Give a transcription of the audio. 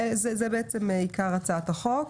זה בעצם עיקר הצעת החוק,